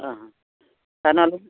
ᱚ ᱥᱮᱱᱚᱜ ᱟᱹᱞᱤᱧ